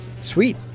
sweet